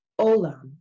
olam